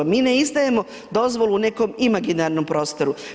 Mi ne izdajemo dozvolu nekom imaginarnom prostoru.